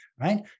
right